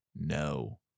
no